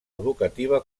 educativa